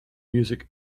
music